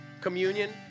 communion